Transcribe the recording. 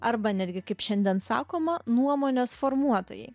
arba netgi kaip šiandien sakoma nuomonės formuotojai